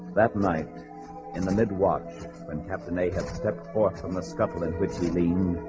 that night in the mid watch when captain ahab stepped forth from the scuffle in which he leaned